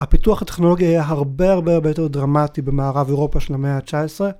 הפיתוח הטכנולוגי היה הרבה הרבה הרבה יותר דרמטי במערב אירופה של המאה ה-19